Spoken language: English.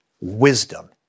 wisdom